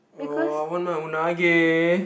oh I want a Unagi